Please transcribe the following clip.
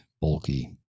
bulky